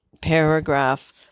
paragraph